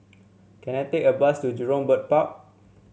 can I take a bus to Jurong Bird Park